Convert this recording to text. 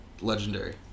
Legendary